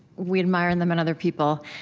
we admire and them in other people,